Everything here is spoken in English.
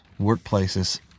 workplaces